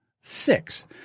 Six